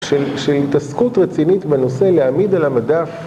של התעסקות רצינית בנושא להעמיד על המדף